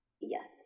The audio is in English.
Yes